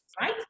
right